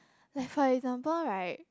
like for example right